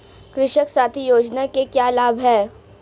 कृषक साथी योजना के क्या लाभ हैं?